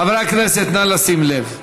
חברי הכנסת, נא לשים לב,